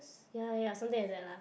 ya ya ya something like that lah